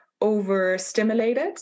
overstimulated